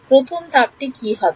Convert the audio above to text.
প্রথম ধাপটা কি হবে